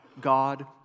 God